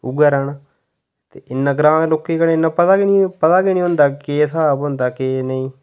उ'यै राह्ना इन्ना ग्रांऽ दे लोके गी कदें पता गै नेईं होंदा केह् स्हाब होंदा केह्